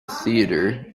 theatre